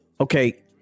okay